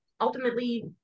ultimately